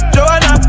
Joanna